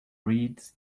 reads